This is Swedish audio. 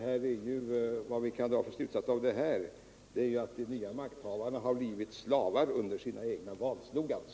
Härav kan vi dra den slutsatsen att de nya makthavarna har blivit slavar under sina egna valslogans.